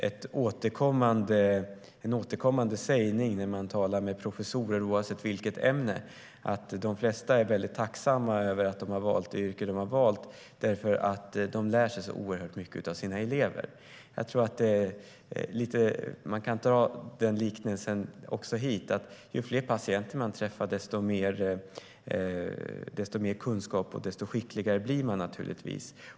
Ett återkommande tema när man talar med professorer, oavsett ämne, är att de flesta är väldigt tacksamma över att de har valt det yrke de har valt, för de lär sig så mycket av sina elever. Det är relevant att använda den liknelsen här. Ju fler patienter man träffar, desto mer kunskap får man och desto skickligare blir man, naturligtvis.